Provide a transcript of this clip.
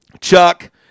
Chuck